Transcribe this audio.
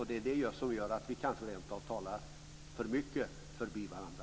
Det är det som gör att vi ändå talar för mycket förbi varandra.